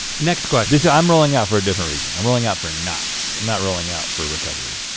next question. so i'm rolling out for a different reason, i'm rolling out for knots. i'm not rolling out for recovery.